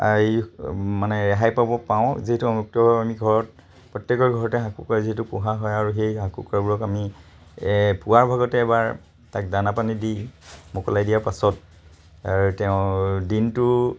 এই মানে ৰেহাই পাব পাৰোঁ যিহেতু মুক্তভাৱে আমি ঘৰত প্ৰত্যেকৰ ঘৰতে হাঁহ কুকুৰা যিহেতু পোহা হয় আৰু সেই হাঁহ কুকুৰাবোৰক আমি পুৱাৰ ভাগতে এবাৰ তাক দানা পানী দি মোকলাই দিয়াৰ পাছত আৰু তেওঁ দিনটো